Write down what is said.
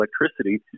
electricity